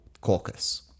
caucus